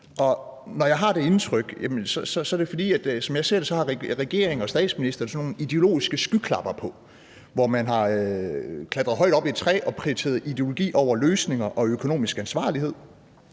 når jeg har det indtryk, er det, fordi regeringen og statsministeren, som jeg ser det, har nogle ideologiske skyklapper på, hvor man er klatret højt op i træ og har prioriteret ideologi over løsninger og økonomisk ansvarlighed.